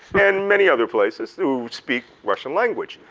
and many other places who speak russian language.